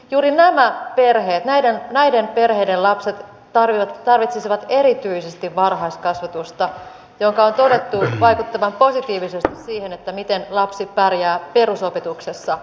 juuri nämä perheet näiden perheiden lapset tarvitsivat erityisesti varhaiskasvatusta jonka on todettu vaikuttavan positiivisesti siihen miten lapsi pärjää perusopetuksessa